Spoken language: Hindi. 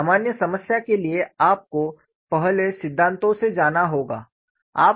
एक सामान्य समस्या के लिए आपको पहले सिद्धांतों से जाना होगा